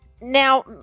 Now